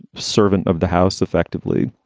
servant of the house effectively,